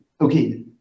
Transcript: okay